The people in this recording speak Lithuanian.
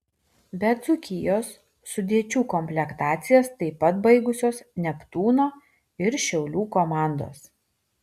be dzūkijos sudėčių komplektacijas taip pat baigusios neptūno ir šiaulių komandos